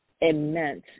immense